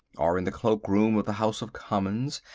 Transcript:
or in the cloak-room of the house of commons,